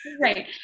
right